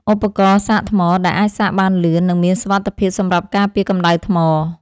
ឧបករណ៍សាកថ្ម ដែលអាចសាកបានលឿន និងមានសុវត្ថិភាពសម្រាប់ការពារកម្ដៅថ្ម។